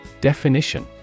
Definition